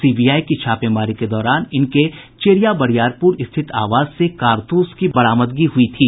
CBI की छापेमारी के दौरान इनके चेरिया बरियारपुर आवास से कारतूस की बरामदगी की गयी थी